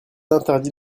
interdit